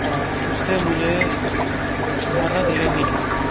اور اس سے مجھے مدد لینی ہے